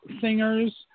singers